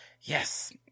yes